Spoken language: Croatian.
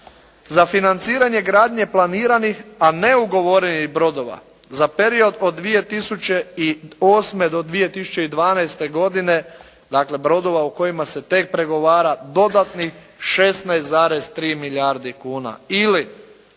Za financiranje gradnje planiranih, a neugovorenih brodova za period od 2008. do 2012. godine, dakle brodova u kojima se tek pregovara dodatnih 16,3 milijardi kuna.